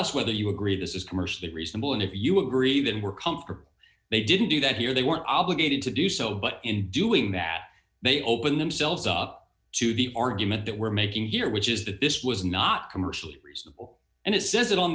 us whether you agree this is commercially reasonable and if you agree then we're comfortable they didn't do that here they weren't obligated to do so but in doing that they open themselves up to the argument that we're making here which is that this was not commercially reasonable and it says it on